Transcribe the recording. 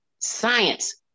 science